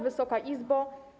Wysoka Izbo!